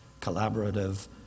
collaborative